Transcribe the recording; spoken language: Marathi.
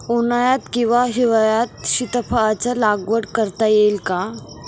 उन्हाळ्यात किंवा हिवाळ्यात सीताफळाच्या लागवड करता येईल का?